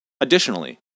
Additionally